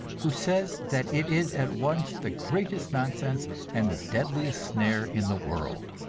who says that it is at once the greatest nonsense and the deadliest snare in the world.